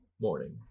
morning